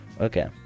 Okay